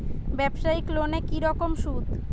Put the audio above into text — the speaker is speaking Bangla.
ব্যবসায়িক লোনে কি রকম সুদ?